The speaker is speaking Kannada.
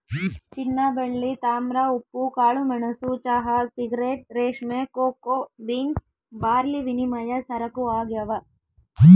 ಚಿನ್ನಬೆಳ್ಳಿ ತಾಮ್ರ ಉಪ್ಪು ಕಾಳುಮೆಣಸು ಚಹಾ ಸಿಗರೇಟ್ ರೇಷ್ಮೆ ಕೋಕೋ ಬೀನ್ಸ್ ಬಾರ್ಲಿವಿನಿಮಯ ಸರಕು ಆಗ್ಯಾವ